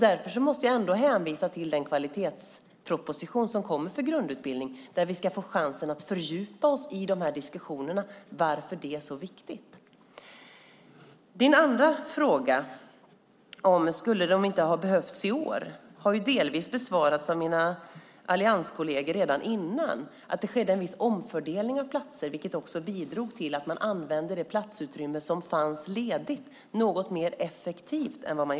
Därför måste jag hänvisa till den kvalitetsproposition som kommer för grundutbildning som ska ge oss chansen att fördjupa oss i diskussionerna om varför det är så viktigt. Den andra frågan, om pengarna inte skulle ha behövts i år, har delvis besvarats av mina allianskolleger med att det skedde en viss omfördelning av platser, vilket bidrog till att det platsutrymme som var ledigt användes något mer effektivt än tidigare.